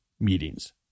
meetings